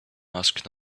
asked